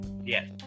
Yes